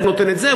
והוא נותן את זה,